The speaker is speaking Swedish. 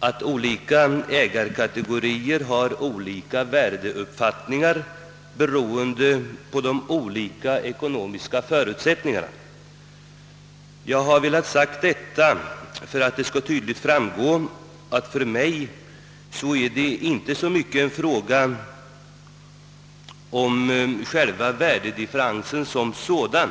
att olika ägarkategorier har olika värdeuppfattningar, beroende på de olika ekonomiska förutsättningarna. Jag har velat säga detta för att det tydligt skall framgå att det för mig inte så mycket är fråga om värdedifferensen som sådan.